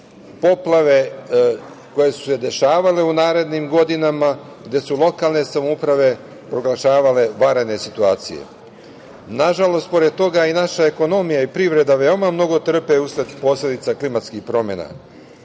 poplave koje su se dešavale u narednim godinama, gde su lokalne samouprave proglašavale vanredne situacije. Nažalost, pored toga i naša ekonomija i privreda veoma mnogo trpe usled posledica klimatskih promena.